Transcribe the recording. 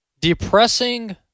depressing